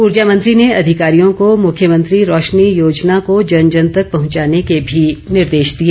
ऊर्जा मंत्री ने अधिकारियों को मुख्यमंत्री रोशनी योजना को जन जन तक पहुंचाने के भी निर्देश दिए